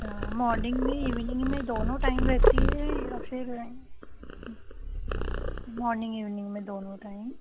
morning में evening में दोनों टाइम रहती है या फिर मॉर्निंग ईवनिंग में दोनों टाइम